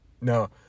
no